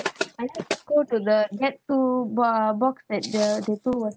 I just go to the next two uh box that the the two was